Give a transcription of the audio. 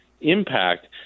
impact